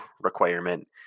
requirement